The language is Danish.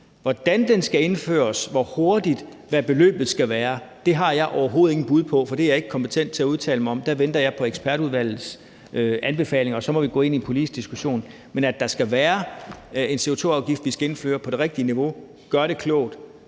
Hvordan den skal indføres, hvor hurtigt, og hvad beløbene skal være, har jeg overhovedet ingen bud på, for det er jeg ikke kompetent til at udtale mig om. Der venter jeg på ekspertudvalgets anbefalinger, og så må vi gå ind i en politisk diskussion om dem. Men vi skal indføre en CO2-afgift på det rigtige niveau, gøre det klogt,